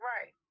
Right